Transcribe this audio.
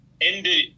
ended